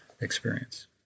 experience